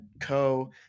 Co